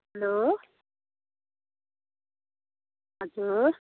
hello हजुर